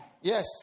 yes